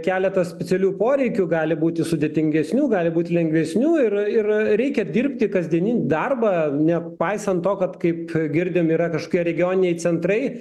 keletas specialių poreikių gali būti sudėtingesnių gali būti lengvesnių ir ir reikia dirbti kasdieninį darbą nepaisant to kad kaip girdim yra kažkokie regioniniai centrai